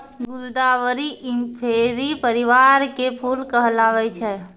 गुलदावरी इंफेरी परिवार के फूल कहलावै छै